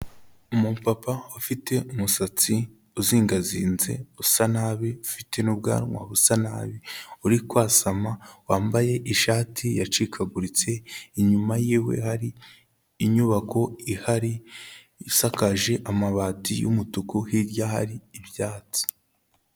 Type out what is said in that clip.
Umupapa ufite umusatsi uzingazinze usa nabi ufite n'ubwanwa busa nabi, uri kwasama wambaye ishati yacikaguritse, inyuma yiwe hari inyubako ihari isakaje amabati y'umutuku hirya hari ibyatsi.